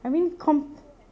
I mean comp